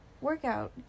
workout